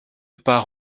part